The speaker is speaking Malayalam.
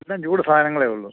എല്ലാം ചൂട് സാധനങ്ങളെ ഉള്ളൂ